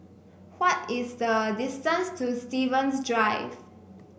what is the distance to Stevens Drive